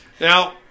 Now